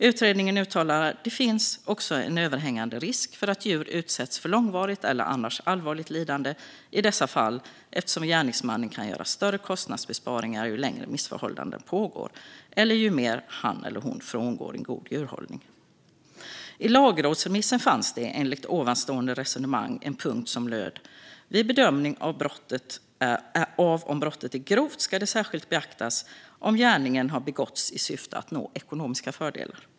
Utredningen uttalade: "Det finns också en överhängande risk för att djur utsätts för långvarigt eller annars allvarligt lidande i dessa fall eftersom gärningsmannen kan göra större kostnadsbesparingar ju längre missförhållandena pågår eller ju mer han eller hon frångår en god djurhållning." I lagrådsremissen fanns det, enligt ovanstående resonemang, med en punkt som löd: "Vid bedömning av om brottet är grovt ska det särskilt beaktas . om gärningen har begåtts i syfte att nå ekonomiska fördelar."